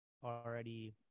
already